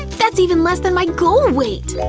that's even less than my goal weight!